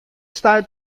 stuit